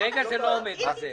כרגע זה לא עומד בזה.